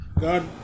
God